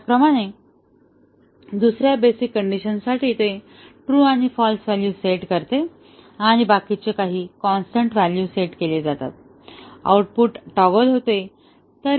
त्याचप्रमाणे दुसऱ्या बेसिक कंडिशनसाठी ते ट्रू आणि फाल्स व्हॅल्यू सेट करते आणि बाकीचे काही कॉन्स्टन्ट व्हॅल्यू सेट केले जातात आउटपुट टॉगल होते